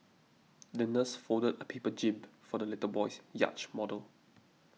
the nurse folded a paper jib for the little boy's yacht model